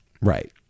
Right